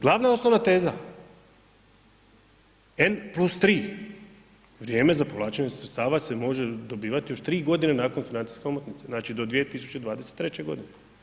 Glavna osnovna teza N+3, vrijeme za povlačenje sredstava se može dobivati još tri godine nakon financijske omotnice, znači do 2023. godine.